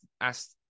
ask